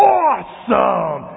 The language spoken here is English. awesome